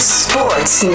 sports